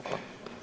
Hvala.